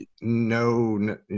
no